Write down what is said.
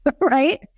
right